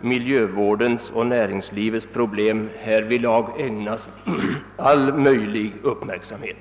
miljövårdens och näringslivets problem härvidlag ägnas all möjlig uppmärksamhet.